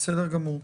בסדר גמור.